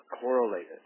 correlated